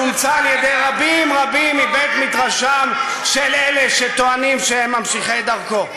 שאומצה על-ידי רבים רבים מבית-מדרשם של אלה שטוענים שהם ממשיכי דרכו.